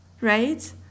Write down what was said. right